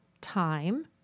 time